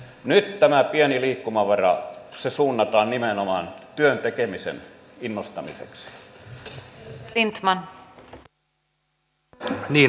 nyt tämä pieni liikkumavara suunnataan nimenomaan työn tekemisen innostamiseksi